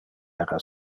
era